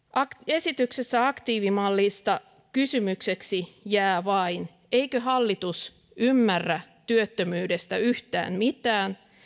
esityksessä aktiivimallista kysymykseksi jää vain eikö hallitus ymmärrä työttömyydestä yhtään mitään